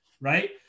right